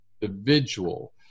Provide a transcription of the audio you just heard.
individual